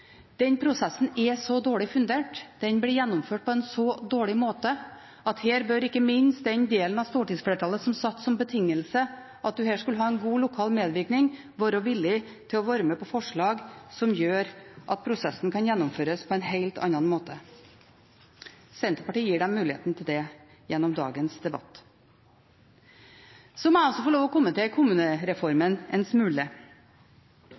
Den prosessen er dårlig fundert. Den blir gjennomført på en så dårlig måte at her bør ikke minst den delen av stortingsflertallet som satt som betingelse at dette skulle ha en god lokal medvirkning, være villig til å være med på forslag som gjør at prosessen kan gjennomføres på en helt annen måte. Senterpartiet gir dem mulighet til det gjennom dagens debatt. Så må jeg også få lov til å kommentere